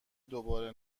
دوباره